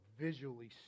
visually